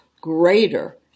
greater